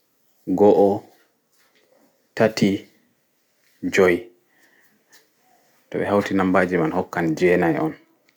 Go'o tati jui to ɓe hauti nomɓaaji mai hokkan jenai on